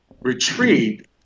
retreat